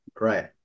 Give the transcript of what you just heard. Right